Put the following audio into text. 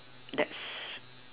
that's